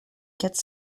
quatre